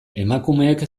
emakumeek